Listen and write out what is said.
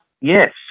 Yes